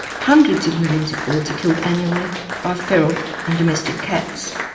hundreds of millions of birds are killed annually by feral and domestic cats.